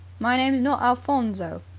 my name's not alphonso.